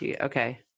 Okay